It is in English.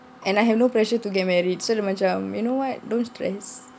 and I have no pressure to get married so dia macam so you know what don't stress